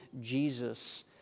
Jesus